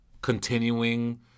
continuing